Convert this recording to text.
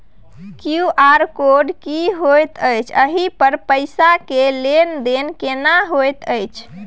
QR code की होयत छै एहि पर पैसा के लेन देन केना होयत छै?